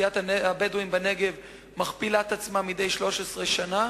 אוכלוסיית הבדואים בנגב מכפילה את עצמה מדי 13 שנה,